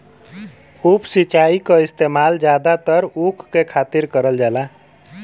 उप सिंचाई क इस्तेमाल जादातर ऊख के खातिर करल जाला